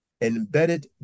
embedded